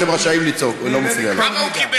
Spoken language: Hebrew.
בבקשה, אתם רשאים לצעוק, זה לא מפריע לו.